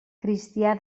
cristià